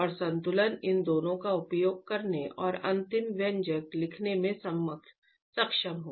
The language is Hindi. और संतुलन इन दोनों का उपयोग करने और अंतिम व्यंजक लिखने में सक्षम हो